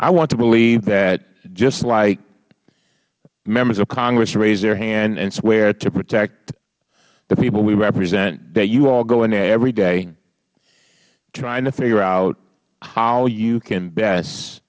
i want to believe that just like members of congress raise their hand and swear to protect the people we represent that you all go in there every day trying to figure out how you can best